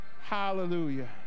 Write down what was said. hallelujah